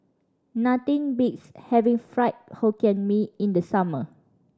nothing beats having Fried Hokkien Mee in the summer